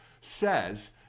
says